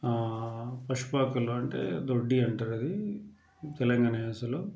పశుపాకలు అంటే దొడ్డి అంటారు అది తెలంగాణ యాసలో